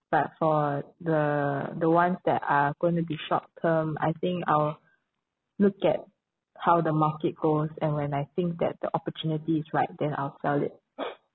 but for the the ones that are going to be short term I think I'll look at how the market goes and when I think that the opportunity is right then I'll sell it